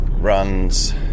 runs